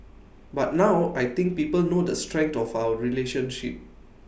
but now I think people know the strength of our relationship